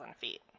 feet